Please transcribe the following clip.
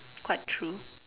quite true